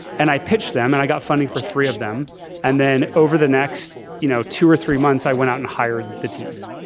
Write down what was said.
and i pitched them. and i go funding for three of them and then over the next you know two or three months, i went on and hired the teams.